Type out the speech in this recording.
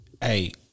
Hey